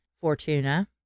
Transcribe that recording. Fortuna